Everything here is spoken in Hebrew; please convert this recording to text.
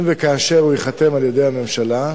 אם וכאשר הוא ייחתם על-ידי הממשלה,